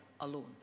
alone